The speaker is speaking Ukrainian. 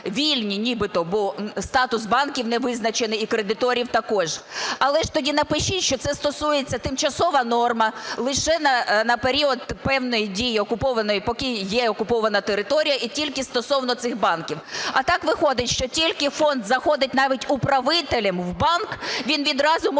вільні нібито, бо статус банків не визначений і кредиторів також. Але ж тоді напишіть, що це стосується… тимчасова норма лише на період певних дій, поки є окупована територія, і тільки стосовно цих банків. А так виходить, що тільки фонд заходить навіть управителем в банк - він відразу може